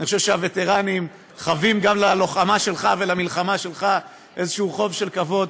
אני חושב שהווטרנים חבים גם ללוחמה שלך ולמלחמה שלך איזה חוב של כבוד,